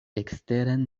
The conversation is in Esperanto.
eksteren